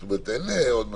כלומר אין עוד מסלולים.